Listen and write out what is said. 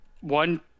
one